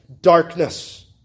darkness